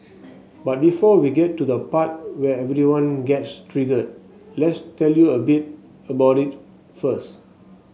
but before we get to the part where everyone gets triggered let's tell you a bit about it first